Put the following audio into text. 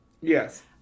Yes